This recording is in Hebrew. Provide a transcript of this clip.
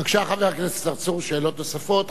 בבקשה, חבר הכנסת צרצור, שאלות נוספות.